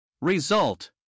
Result